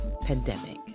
pandemic